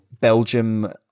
Belgium